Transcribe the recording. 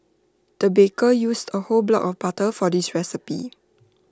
the baker used A whole block of butter for this recipe